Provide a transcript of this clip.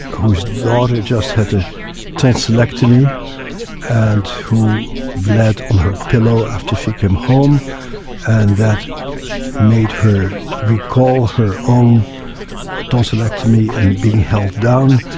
whose daughter just had a tonsillectomy and who bled on her pillow after she came home and that made her recall her own tonsillectomy and being held down,